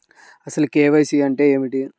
అసలు కే.వై.సి అంటే ఏమిటి?